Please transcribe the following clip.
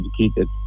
educated